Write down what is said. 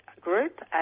group